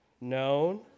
known